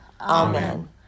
Amen